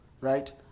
right